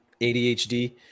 ADHD